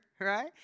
right